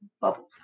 bubbles